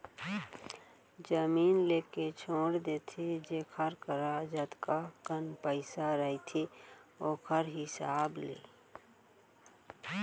जमीन लेके छोड़ देथे जेखर करा जतका कन पइसा रहिथे ओखर हिसाब ले